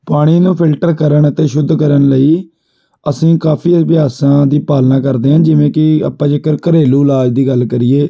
ਪਾਣੀ ਨੂੰ ਫਿਲਟਰ ਕਰਨ ਅਤੇ ਸ਼ੁੱਧ ਕਰਨ ਲਈ ਅਸੀਂ ਕਾਫੀ ਅਭਿਆਸਾਂ ਦੀ ਪਾਲਣਾ ਕਰਦੇ ਹਾਂ ਜਿਵੇਂ ਕਿ ਆਪਾਂ ਜੇਕਰ ਘਰੇਲੂ ਇਲਾਜ ਦੀ ਗੱਲ ਕਰੀਏ